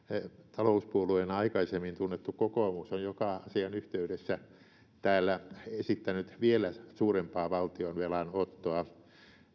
talouspuolueena aikaisemmin tunnettu kokoomus on joka asian yhteydessä täällä esittänyt vielä suurempaa valtionvelan ottoa